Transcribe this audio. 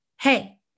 Hey